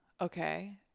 Okay